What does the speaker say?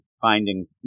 finding